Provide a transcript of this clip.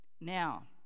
Now